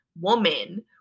woman